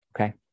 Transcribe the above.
Okay